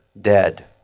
dead